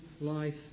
life